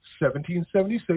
1776